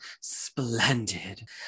Splendid